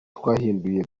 twahinduye